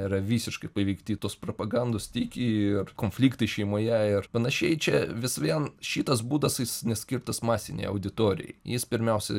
yra visiškai paveikti tos propagandos tiki ir konfliktai šeimoje ir panašiai čia vis vien šitas būdas jis neskirtas masinei auditorijai jis pirmiausia